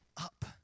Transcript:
up